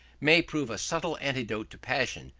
may prove a subtle antidote to passion,